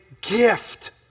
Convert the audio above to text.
gift